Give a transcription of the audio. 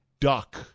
duck